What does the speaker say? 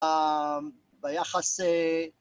‫ביחס...